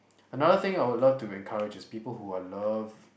another thing I would love to encourage is people who are love